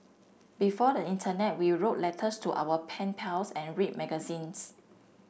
before the internet we wrote letters to our pen pals and read magazines